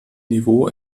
niveau